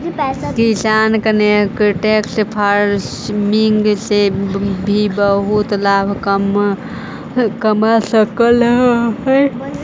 किसान contract farming से भी बहुत लाभ कमा सकलहुं हे